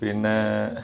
പിന്നെ